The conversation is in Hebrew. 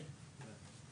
כן.